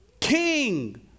king